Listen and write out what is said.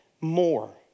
more